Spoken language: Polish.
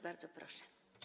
Bardzo proszę.